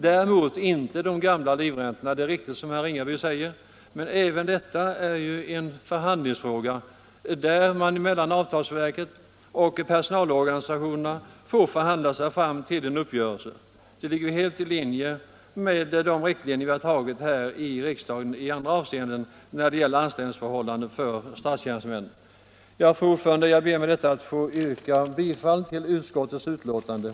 Däremot är det riktigt som herr Ringaby säger att detta inte gäller de gamla livräntorna. Men även detta är ju en förhandlingsfråga, där avtalsverket och personalorganisationerna får förhandla sig fram till en uppgörelse. Det ligger helt i linje med de beslut vi har fattat här i riksdagen i andra avseenden när det gäller anställningsförhållanden för statstjänstemännen. Fru talman! Jag ber med detta att få yrka bifall till utskottets hemställan.